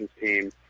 team